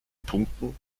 punkten